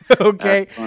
Okay